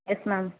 yes ma'am